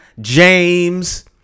James